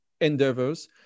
endeavors